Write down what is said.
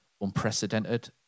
unprecedented